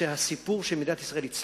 שהסיפור של מדינת ישראל הצליח,